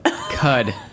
Cud